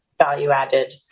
value-added